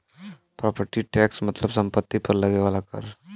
property tax मतलब सम्पति पर लगे वाला कर